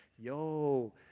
yo